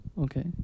okay